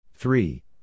Three